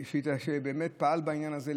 שבאמת פעל בעניין הזה,